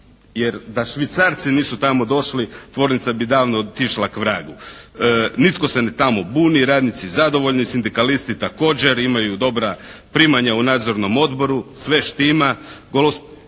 jer da Švicarci nisu tamo došli tvornica bi davno otišla k vragu. Nitko se tamo ne buni, radnici zadovoljni, sindikalisti također, imaju dobra primanja u nadzornom odboru, sve štima.